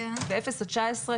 בגילי אפס עד 19,